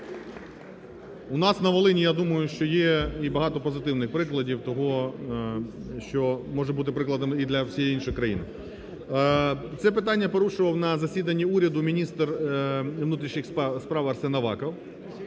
У нас на Волині, я думаю, що є і багато позитивних прикладів того, що може бути прикладом і для всієї іншої країни. Це питання порушував на засіданні уряду міністр внутрішніх справ Арсен Аваков,